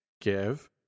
give